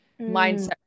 mindset